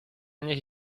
niech